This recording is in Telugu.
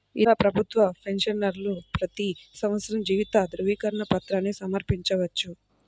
ఇతర ప్రభుత్వ పెన్షనర్లు ప్రతి సంవత్సరం జీవిత ధృవీకరణ పత్రాన్ని సమర్పించవచ్చు